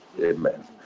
Amen